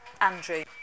Andrew